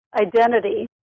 identity